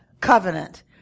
covenant